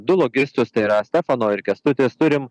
du logistus tai yra stefano ir kęstutis turim